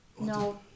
No